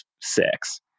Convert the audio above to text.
six